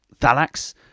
Thalax